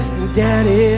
Daddy